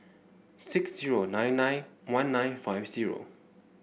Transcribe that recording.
six zero nine nine one nine five zero